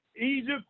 Egypt